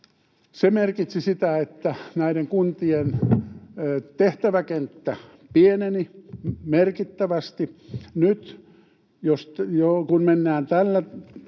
Se merkitsi sitä, että näiden kuntien tehtäväkenttä pieneni merkittävästi. Nyt kun mennään tällä